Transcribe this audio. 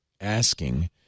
asking